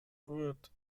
wird